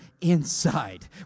inside